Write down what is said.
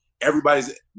everybody's